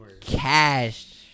Cash